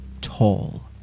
tall